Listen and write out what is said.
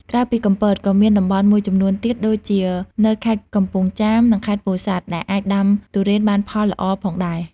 ក្រៅពីកំពត ក៏មានតំបន់មួយចំនួនទៀតដូចជានៅខេត្តកំពង់ចាម និងខេត្តពោធិ៍សាត់ ដែលអាចដាំទុរេនបានផលល្អផងដែរ។